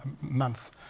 months